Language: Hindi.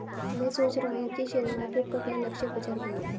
मैं सोच रहा हूँ कि शेयर मार्केट को अपना लक्ष्य बाजार बनाऊँ